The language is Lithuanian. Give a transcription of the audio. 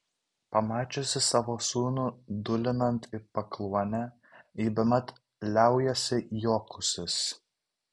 pamačiusi savo sūnų dūlinant į pakluonę ji bemat liaujasi juokusis